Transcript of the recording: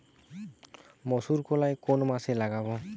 মুসুরকলাই কোন মাসে লাগাব?